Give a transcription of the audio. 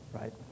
right